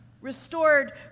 Restored